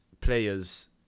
players